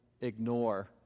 ignore